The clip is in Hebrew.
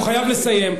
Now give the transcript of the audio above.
הוא חייב לסיים.